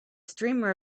streamer